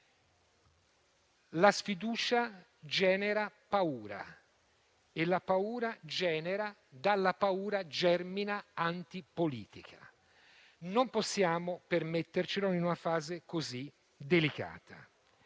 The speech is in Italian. la sfiducia genera paura e dalla paura germina l'antipolitica. Non possiamo permettercelo, in una fase così delicata.